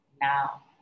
now